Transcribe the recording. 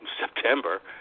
September